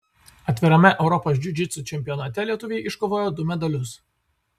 atvirame europos džiudžitsu čempionate lietuviai iškovojo du medalius